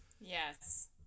yes